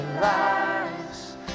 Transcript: Lives